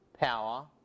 power